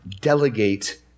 delegate